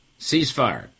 ceasefire